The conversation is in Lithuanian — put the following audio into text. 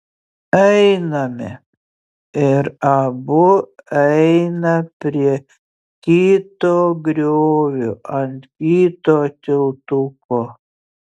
einame ir abu eina prie kito griovio ant kito tiltuko